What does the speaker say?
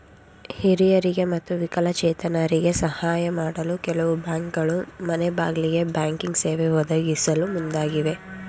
ಹಿರಿಯರಿಗೆ ಮತ್ತು ವಿಕಲಚೇತರಿಗೆ ಸಾಹಯ ಮಾಡಲು ಕೆಲವು ಬ್ಯಾಂಕ್ಗಳು ಮನೆಗ್ಬಾಗಿಲಿಗೆ ಬ್ಯಾಂಕಿಂಗ್ ಸೇವೆ ಒದಗಿಸಲು ಮುಂದಾಗಿವೆ